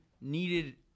needed